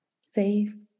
safe